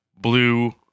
Blue